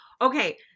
Okay